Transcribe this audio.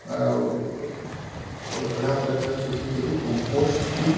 ଆଉ ରଖ୍ଲା ପରେ ତା ସୁୁଖୀ କରି କମ୍ପୋଷ୍ଟିଂ